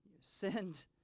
send